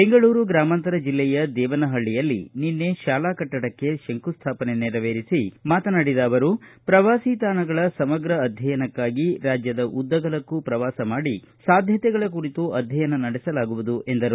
ಬೆಂಗಳೂರು ಗ್ರಾಮಾಂತರ ಜಿಲ್ಲೆಯ ದೇವನಹಳ್ಳಿಯಲ್ಲಿ ಶಾಲಾ ಕಟ್ಟಡಕ್ಕೆ ನಿನ್ನೆ ಶಂಕುಸ್ಥಾಪನೆ ನೆರವೇರಿಸಿ ಮಾತನಾಡಿದ ಅವರು ಪ್ರವಾಸಿ ತಾಣಗಳ ಸಮಗ್ರ ಅಧ್ಯಯನಕ್ಕಾಗಿ ರಾಜ್ಯದ ಉದ್ದಗಲಕ್ಕೂ ಪ್ರವಾಸ ಮಾಡಿ ಸಾಧ್ಯತೆಗಳ ಕುರಿತು ಅಧ್ವಯನ ನಡೆಸಲಾಗುವುದು ಎಂದರು